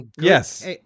Yes